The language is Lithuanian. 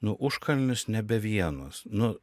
nu užkalnis nebe vienas nu